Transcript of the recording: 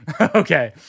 Okay